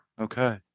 Okay